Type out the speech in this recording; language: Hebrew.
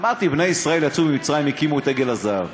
אמרתי: בני-ישראל יצאו ממצרים, הקימו את עגל הזהב.